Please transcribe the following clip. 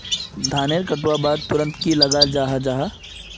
धानेर कटवार बाद तुरंत की लगा जाहा जाहा?